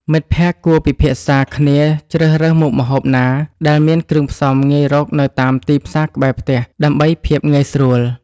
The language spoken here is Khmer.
មិត្តភក្តិគួរពិភាក្សាគ្នាជ្រើសរើសមុខម្ហូបណាដែលមានគ្រឿងផ្សំងាយរកនៅតាមទីផ្សារក្បែរផ្ទះ ដើម្បីភាពងាយស្រួល។